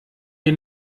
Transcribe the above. mir